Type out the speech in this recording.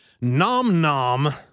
nom-nom